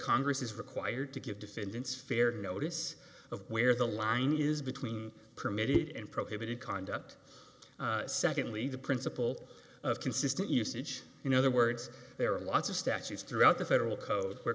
congress is required to give defendants fair notice of where the line is between permitted and prohibited conduct secondly the principle of consistent usage in other words there are lots of statutes throughout the federal code where